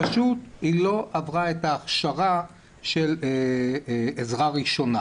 פשוט היא לא עברה את ההכשרה של עזרה ראשונה,